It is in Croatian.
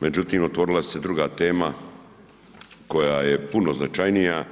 Međutim, otvorila se druga tema koja je puno značajnija,